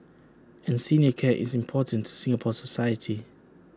and senior care is important to Singapore society